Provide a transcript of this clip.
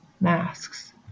Masks